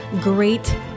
great